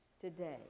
today